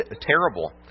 terrible